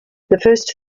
first